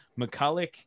McCulloch